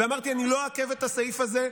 אמרתי שאני לא אעכב את הסעיף הזה,